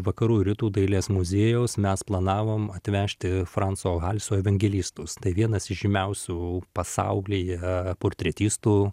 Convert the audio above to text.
vakarų rytų dailės muziejaus mes planavom atvežti franco halso evangelistus tai vienas įžymiausių pasaulyje portretistų